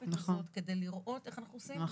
המשותפת הזאת כדי לראות איך אנחנו עושים יותר